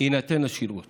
יינתן השירות